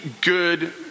good